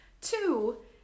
Two